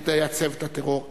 שתייצב את הטרור.